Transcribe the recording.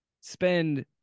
spend